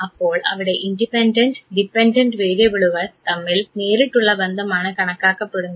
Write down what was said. അപ്പോൾ അവിടെ independent dependent വേരിയബിളുകൾ തമ്മിൽ നേരിട്ടുള്ള ബന്ധമാണ് കണക്കാക്കപ്പെടുന്നത്